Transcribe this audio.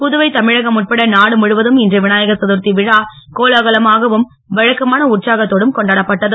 புதுவை தமிழகம் உட்பட நாடுமுழுவதும் இன்று விநாயக சதுர்த்தி கோலாகமாகவும் வழக்கமான உற்சாகத்தோடும் கொண்டாடப்பட்டது